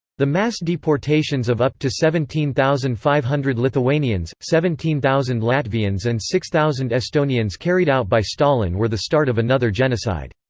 the mass deportations of up to seventeen thousand five hundred lithuanians, seventeen thousand latvians and six thousand estonians carried out by stalin were the start of another genocide.